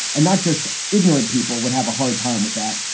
and not just ignorant people would have a hard time with that.